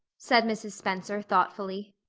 said mrs. spencer thoughtfully,